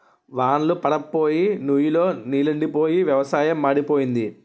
వాన్ళ్లు పడప్పోయి నుయ్ లో నీలెండిపోయి వ్యవసాయం మాడిపోయింది